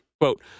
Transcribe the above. Quote